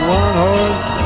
one-horse